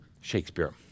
Shakespeare